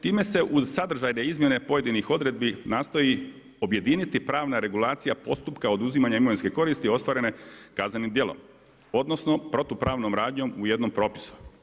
Time se uz sadržajne izmjene pojedinih odredbi nastoji objediniti pravna regulacija postupka oduzimanja imovinske koristi ostvarene kaznenim djelom, odnosno protupravnom radnjom u jednom propisu.